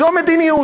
זו המדיניות.